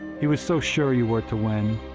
he was so sure you were to win.